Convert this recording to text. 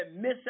miss